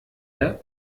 der